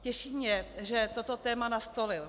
Těší mě, že toto téma nastolil.